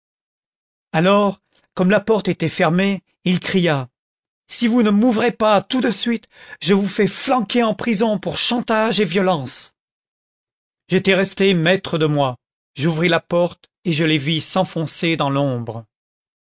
alors comme la porte était fermée il cria si vous ne m'ouvrez pas tout de suite je vous fais flanquer en prison pour chantage et violence j'étais resté maître de moi j'ouvris la porte et je les vis s'enfoncer dans l'ombre